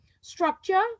structure